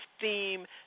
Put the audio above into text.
theme